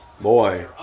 Boy